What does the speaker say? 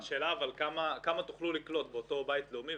אבל השאלה היא כמה תוכלו לקלוט באותו בית לאומי.